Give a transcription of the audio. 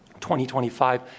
2025